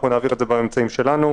אנחנו נעביר את זה באמצעים שלנו.